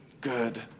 good